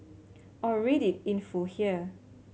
or read it in full here